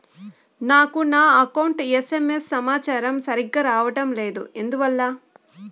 నాకు నా account SMS సమాచారము సరిగ్గా రావడం లేదు ఎందువల్ల?